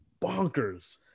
bonkers